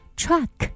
truck